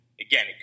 Again